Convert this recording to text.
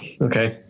okay